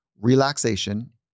relaxation